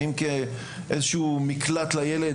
האם כאיזשהו מקלט לילד,